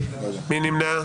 מי נמנע?